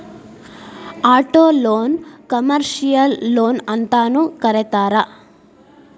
ಆಟೊಲೊನ್ನ ಕಮರ್ಷಿಯಲ್ ಲೊನ್ಅಂತನೂ ಕರೇತಾರ